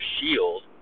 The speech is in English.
shield